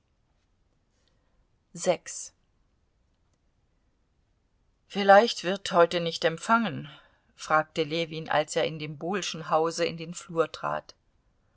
vielleicht wird heute nicht empfangen fragte ljewin als er in dem bohlschen hause in den flur trat